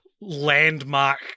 landmark